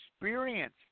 experience